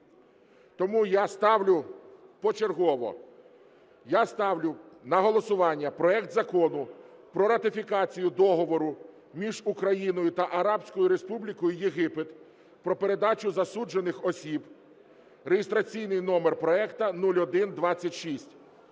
тому я ставлю почергово. Я ставлю на голосування проект Закону про ратифікацію Договору між Україною та Арабською Республікою Єгипет про передачу засуджених осіб (реєстраційний номер проекту 0126).